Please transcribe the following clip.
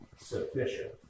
sufficient